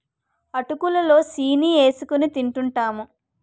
అటుకులు లో సీని ఏసుకొని తింటూంటాము